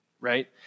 right